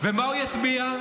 ומה הוא יצביע?